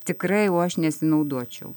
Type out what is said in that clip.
tikrai o aš nesinaudočiau